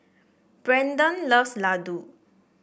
Braedon loves Ladoo